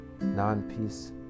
non-peace